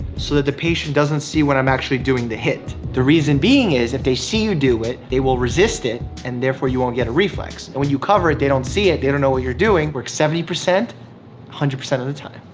so that the patient doesn't see when i'm actually doing the hit. the reason being is, if they see you do it, they will resist it and therefore you won't get a reflex, but and when you cover it, they don't see it, they don't know what you're doing, works seventy, one hundred percent of the time.